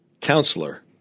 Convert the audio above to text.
Counselor